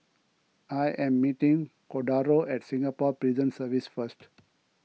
I am meeting Cordaro at Singapore Prison Service first